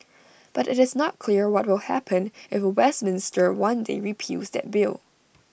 but IT is not clear what will happen if Westminster one day repeals that bill